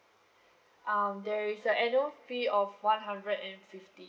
um there is a annual fee of one hundred and fifty